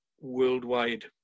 worldwide